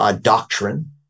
doctrine